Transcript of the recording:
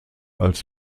als